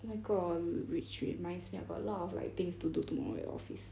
oh my god wh~ which reminds me I got a lot like things to do tomorrow at office